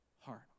heart